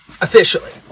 officially